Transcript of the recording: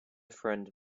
friend